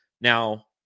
Now